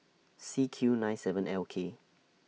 C Q nine seven L K